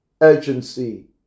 urgency